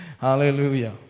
Hallelujah